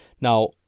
Now